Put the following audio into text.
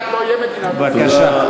בבקשה.